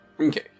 Okay